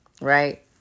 right